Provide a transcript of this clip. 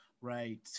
Right